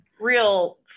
real